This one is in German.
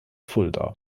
fulda